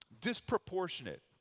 Disproportionate